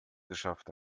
geschafft